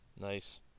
Nice